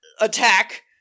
attack